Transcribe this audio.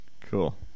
Cool